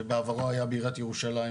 שבעברו היה בעיריית ירושלים,